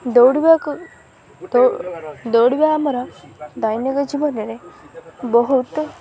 ଦୌଡ଼ିବାକୁ ଦୌଡ଼ିବା ଆମର ଦୈନିକ ଜୀବନରେ ବହୁତ